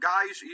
Guys